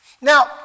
Now